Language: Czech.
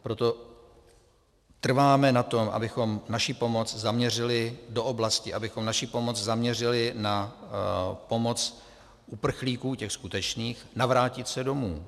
Proto trváme na tom, abychom naši pomoc zaměřili do oblasti, abychom naši pomoc zaměřili na pomoc uprchlíkům, těm skutečným, navrátit se domů.